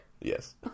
Yes